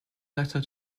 letter